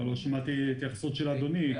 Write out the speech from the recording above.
לא שמעתי התייחסות של אדוני.